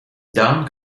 don